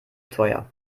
teuer